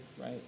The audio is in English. Right